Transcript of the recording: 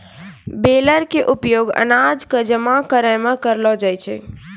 baler के उपयोग अनाज कॅ जमा करै मॅ करलो जाय छै